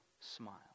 smile